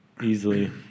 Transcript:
easily